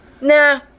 Nah